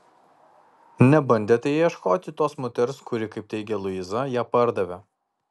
nebandėte ieškoti tos moters kuri kaip teigia luiza ją pardavė